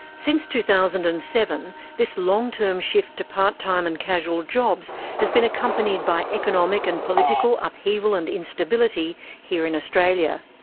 since two thousand and seven, this long-term shift to part-time and casual jobs has been accompanied by economic and political upheaval and instability here in australia.